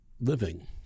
living